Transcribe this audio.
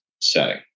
setting